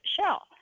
shell